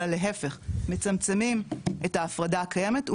אלא להיפך מצמצמים את ההפרדה הקיימת,